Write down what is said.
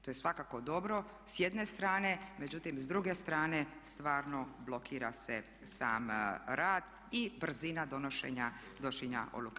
To je svakako dobro, s jedne strane međutim s druge strane stvarno blokira se sam rad i brzina donošenja odluka.